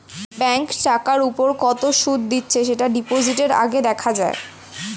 bank টাকার উপর কত সুদ দিচ্ছে সেটা ডিপোজিটের আগে দেখা যায়